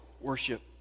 worship